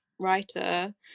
writer